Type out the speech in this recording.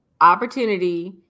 opportunity